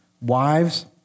Wives